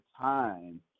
time